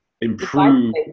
improve